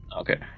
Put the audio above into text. Okay